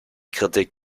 kritik